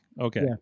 Okay